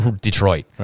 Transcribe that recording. Detroit